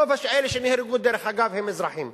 רוב אלה שנהרגו, דרך אגב, הם אזרחים.